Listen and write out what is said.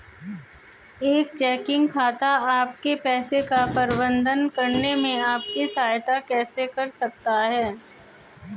एक चेकिंग खाता आपके पैसे का प्रबंधन करने में आपकी सहायता कैसे कर सकता है?